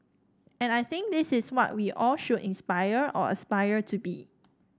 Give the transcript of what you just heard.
and I think this is what we all should inspire or aspire to be